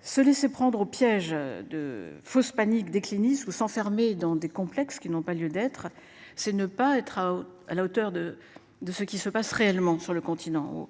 Se laisser prendre au piège de fausses panique déclinistes ou s'enfermer dans des complexes qui n'ont pas lieu d'être, c'est ne pas être à la hauteur de, de ce qui se passe réellement sur le continent au